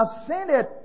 ascended